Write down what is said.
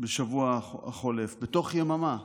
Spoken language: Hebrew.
בשבוע החולף בתוך יממה